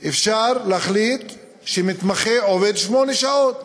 אפשר להחליט שמתמחה עובד שמונה שעות,